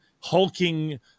hulking